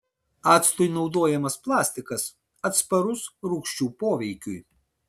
actui naudojamas plastikas atsparus rūgščių poveikiui